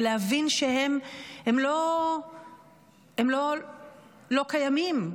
ולהבין שהם לא לא קיימים,